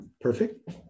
perfect